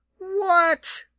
what?